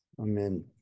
Amen